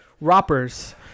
rappers